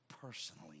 personally